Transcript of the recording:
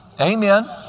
Amen